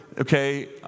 okay